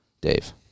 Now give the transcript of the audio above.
Dave